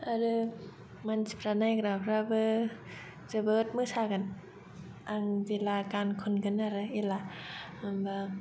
आरो मानसिफ्रा नायग्राफ्राबो जोबोद मोसागोन आं जेला गान खनगोन आरो एला माबा